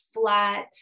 flat